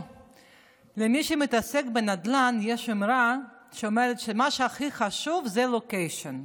למי שמתעסק בנדל"ן יש אמרה שאומרת שמה שהכי חשוב זה לוקיישן,